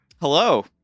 Hello